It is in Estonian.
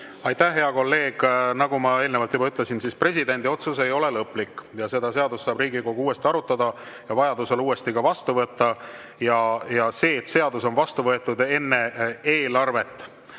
Aitäh, hea kolleeg! Nagu ma eelnevalt juba ütlesin, presidendi otsus ei ole lõplik ja seda seadust saab Riigikogu uuesti arutada ja vajaduse korral uuesti vastu võtta. See, et seadus on vastu võetud enne eelarvet,